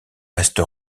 reste